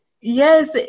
yes